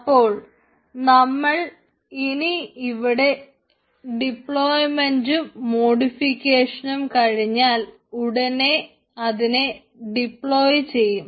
അപ്പോൾ നമ്മൾ ഇനി ഇവിടെ ഡിപ്ലോയിമെന്റും മോഡിഫിക്കേഷനും കഴിഞ്ഞാൽ ഉടനെ ഇതിനെ ഡിപ്ലോയി ചെയ്യും